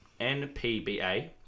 NPBA